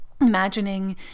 imagining